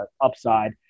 upside